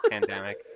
Pandemic